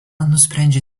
nusprendžia